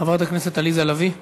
חברת הכנסת עליזה לביא.